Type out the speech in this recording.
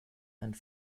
and